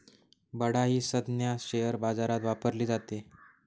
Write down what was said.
बडा ही संज्ञा शेअर बाजारात वापरली जाते